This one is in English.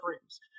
dreams